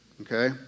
okay